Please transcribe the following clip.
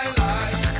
life